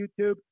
YouTube